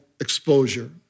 exposure